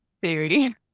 theory